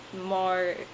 more